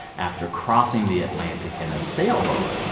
after crossing the atlantic in a sailboat.